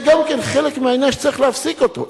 גם זה חלק מהעניין שצריך להפסיק אותו.